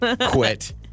quit